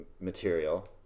material